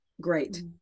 great